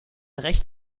recht